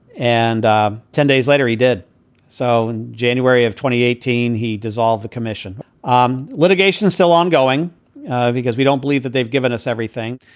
and ten days later, he did so in january of twenty eighteen, he dissolved the commission. um litigation is still ongoing because we don't believe that they've given us everything.